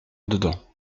dedans